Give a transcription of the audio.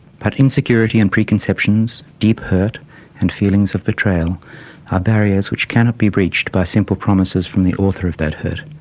but insecurity and preconceptions, deep hurt and feelings of betrayal are barriers which cannot be breached by simple promises from the author of that hurt,